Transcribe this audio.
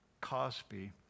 Cosby